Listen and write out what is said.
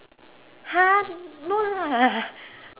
!huh! no lah